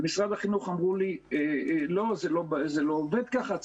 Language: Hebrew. במשרד החינוך אמרו לי שזה לא עובד ככה,